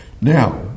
now